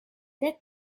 that